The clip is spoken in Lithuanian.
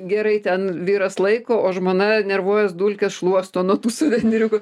gerai ten vyras laiko o žmona nervuojas dulkes šluosto nuo tų suvenyriukų